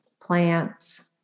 plants